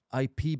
ip